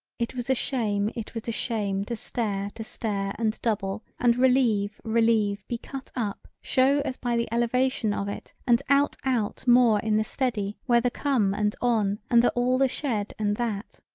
it was a shame it was a shame to stare to stare and double and relieve relieve be cut up show as by the elevation of it and out out more in the steady where the come and on and the all the shed and that.